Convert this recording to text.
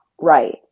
right